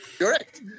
Correct